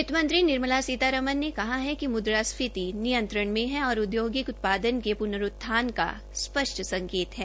वित्त मंत्री निर्मला सीतारमण ने कहा है कि मुद्र स्फीति नियंत्रण में है और औद्योगिक उत्पादन के पुनरूत्थान का स्पष्ट संकेत है